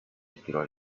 inspiró